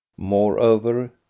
Moreover